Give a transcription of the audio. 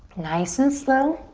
nice and slow.